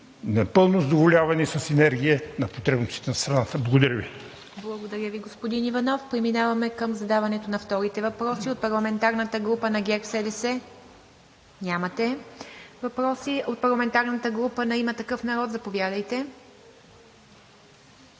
напълно задоволяване с енергия на потребностите на страната. Благодаря Ви. ПРЕСЕДАТЕЛ ИВА МИТЕВА: Благодаря Ви, господин Иванов. Преминаваме към задаването на вторите въпроси. От парламентарната група на ГЕРБ-СДС? Нямате въпроси. От парламентарната група на „Има такъв народ“? Заповядайте.